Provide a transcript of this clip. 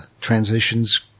transitions